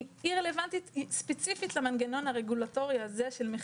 היא רלוונטית ספציפית למנגנון הרגולטורי הזה של מחירים.